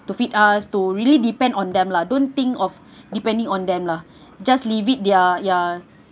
to feed us to really depend on them lah don't think of depending on them lah just leave it their ya